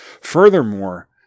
Furthermore